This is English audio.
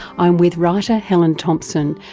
i'm with writer helen thomson,